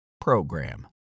program